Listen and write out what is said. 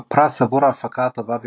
בפרס עבור "ההפקה הטובה ביותר"